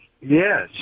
Yes